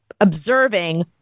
observing